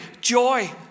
joy